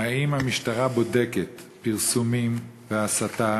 1. האם המשטרה בודקת פרסומים והסתה